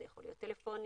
זה יכול להיות טלפוני,